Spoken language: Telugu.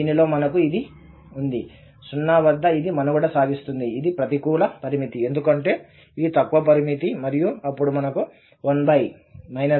దీనిలో మనకు ఇది ఉంది 0 వద్ద ఇది మనుగడ సాగిస్తుంది ఇది ప్రతికూల పరిమితి ఎందుకంటే ఇది తక్కువ పరిమితి మరియు అప్పుడు మనకు 1 aiα ఉంటుంది